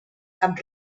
cap